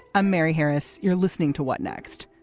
a mary harris. you're listening to what next.